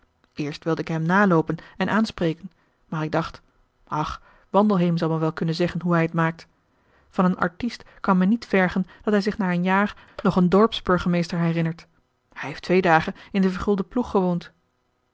eerst wilde ik hem naloopen en aanspreken maar ik dacht ach wandelheem zal mij wel kunnen zeggen hoe hij t maakt van een artiest kan men niet vergen dat hij zich na een jaar nog een dorpsburgemeester herinnert hij heeft twee dagen in den vergulden ploeg gewoond